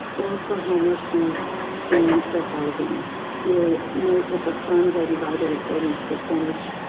both for homelessness and for housing you'll note that the funds are divided. according to percentage,